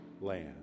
land